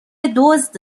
دزد